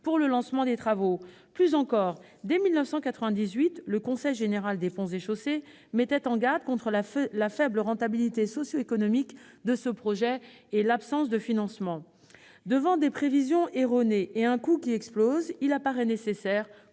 pour le lancement des travaux. Pis encore, dès 1998, le Conseil général des ponts et chaussées mettait en garde contre la faible rentabilité socio-économique de ce projet et l'absence de financement. Devant des prévisions erronées et un coût qui explose, il apparaît nécessaire,